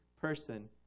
person